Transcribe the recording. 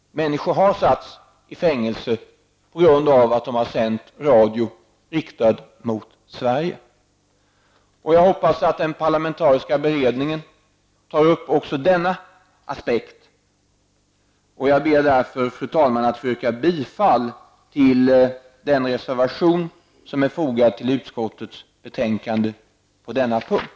Människor har satts i fängelse på grund av att de har sänt radio riktad mot Sverige. Jag hoppas att den parlamentariska beredningen tar upp också denna aspekt till behandling. Jag ber därför, fru talman, att få yrka bifall till den reservation som är fogad till utskottets betänkande på denna punkt.